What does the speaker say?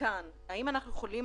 ואני מצטרף לחברי מיקי,